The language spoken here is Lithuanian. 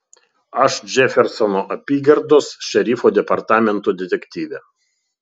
aš džefersono apygardos šerifo departamento detektyvė